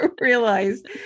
realized